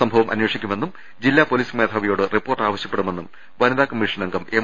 സംഭവം അന്വേഷിക്കുമെന്നും ജില്ലാ പൊലീസ് മേധാ വിയോട് റിപ്പോർട്ട് ആവശ്യപ്പെടുമെന്ന് വനിതാ കമ്മീഷൻ അംഗം എം